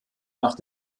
nach